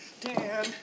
Dan